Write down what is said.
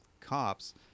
cops